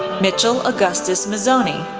mitchell augustus mazzoni,